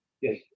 Yes